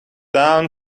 down